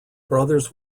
brothers